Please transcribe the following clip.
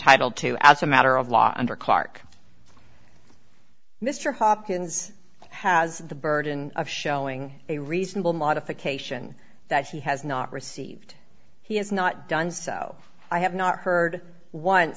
titled to as a matter of law under clark mr hopkins has the burden of showing a reasonable modification that he has not received he has not done so i have not heard on